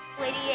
Lady